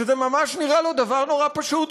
שזה ממש נראה לו דבר מאוד פשוט,